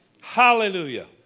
Hallelujah